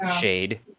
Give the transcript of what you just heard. shade